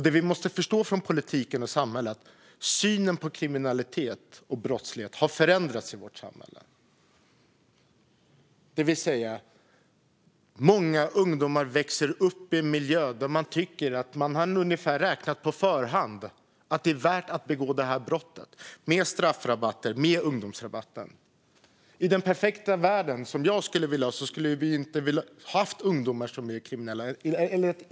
Det vi måste förstå från politikens och samhällets sida är att synen på kriminalitet har förändrats i vårt samhälle. Det vill säga att många ungdomar växer upp i en miljö där man har räknat ut på förhand och tycker att det är värt att begå det här brottet med straffrabatter och med ungdomsrabatten. I den perfekta värld som jag skulle vilja ha skulle vi inte ha ungdomar som är kriminella.